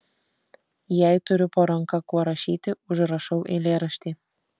jei turiu po ranka kuo rašyti užrašau eilėraštį